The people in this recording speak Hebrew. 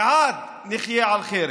לעד נחיה על חרב.